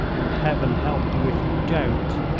and heaven help you if you don't.